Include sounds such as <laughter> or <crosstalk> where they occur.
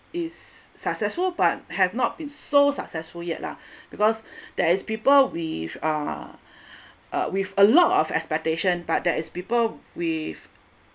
is successful but had not been so successful yet lah <breath> because <breath> there is people with uh <breath> uh with a lot of expectation but there is people with